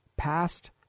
past